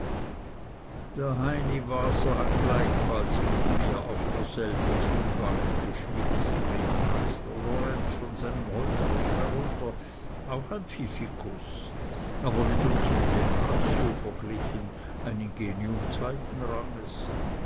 der heini waser hat gleichfalls mit mir auf derselben schulbank geschwitzt rief meister lorenz von seinem holzbock herunter auch ein pfiffikus aber mit unserm jenatio verglichen ein ingenium zweiten ranges